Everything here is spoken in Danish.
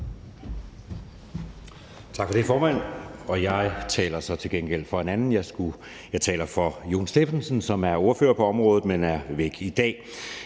Tak for det, formand. Jeg taler så til gengæld for en anden – jeg taler for Jon Stephensen, som er ordfører på området, men er væk i dag.